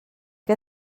què